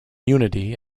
unity